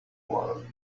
world